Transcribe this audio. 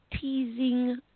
teasing